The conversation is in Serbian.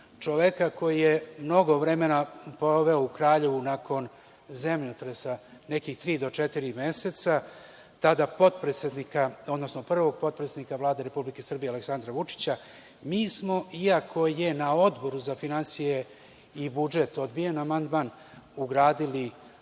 čoveka koji je mnogo vremena proveo u Kraljevu nakon zemljotresa, nekih tri do četiri meseca, tada potpredsednika, odnosno prvog potpredsednika Vlade Republike Srbije Aleksandra Vučića, mi smo, iako je na Odboru za finansije i budžet odbijen amandman, ugradili